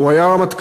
הוא היה רמטכ"ל,